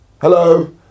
Hello